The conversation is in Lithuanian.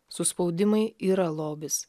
suspaudimai yra lobis